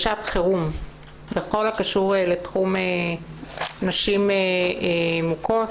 בשעת חירום בכל הקשור לתחום נשים מוכות,